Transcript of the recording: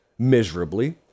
Miserably